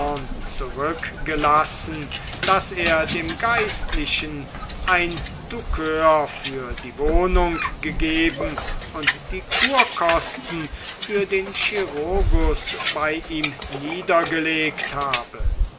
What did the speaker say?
zurückgelassen daß er dem geistlichen ein douceur für die wohnung gegeben und die kurkosten für den chirurgus bei ihm niedergelegt habe